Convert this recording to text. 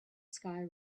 sky